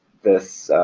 this